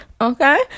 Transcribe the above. okay